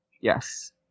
Yes